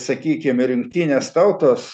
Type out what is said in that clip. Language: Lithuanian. sakykim ir jungtinės tautos